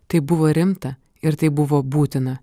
tai buvo rimta ir tai buvo būtina